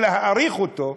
או להאריך אותו,